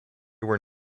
were